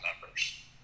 members